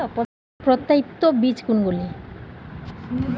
প্রত্যায়িত বীজ কোনগুলি?